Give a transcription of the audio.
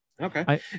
Okay